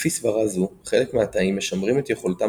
לפי סברה זו חלק מהתאים משמרים את יכולתם